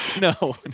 no